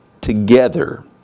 together